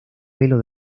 pelo